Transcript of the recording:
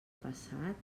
passat